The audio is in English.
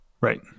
right